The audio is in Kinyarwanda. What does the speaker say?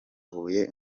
huye